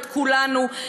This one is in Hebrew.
את כולנו,